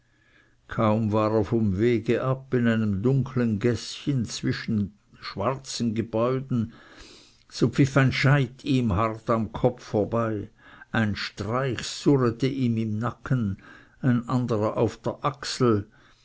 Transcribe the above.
kaum war er vom wege ab in einem dunklen gäßchen zwischen schwarzen gebäuden so pfiff ein scheit ihm hart am kopf vorbei ein streich surrete ihm im nacken ein anderer auf der achsel